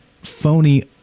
phony